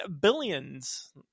billions